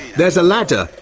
there's a ladder.